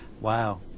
Wow